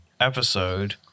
episode